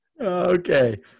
Okay